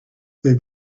they